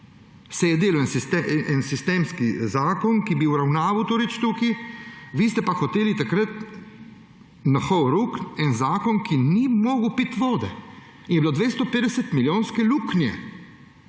Se je delal en sistemski zakon, ki bi uravnaval to zadevo tukaj, vi ste pa hoteli takrat na horuk en zakon, ki ni mogel piti vode, in je bila 250-milijonska luknja.